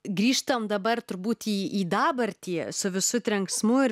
grįžtam dabar turbūt į į dabartį su visu trenksmu ir